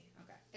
okay